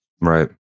Right